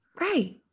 Right